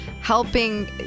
helping